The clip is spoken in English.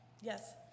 Yes